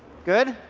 good?